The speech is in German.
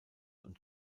und